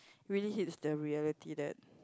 really hits the reality that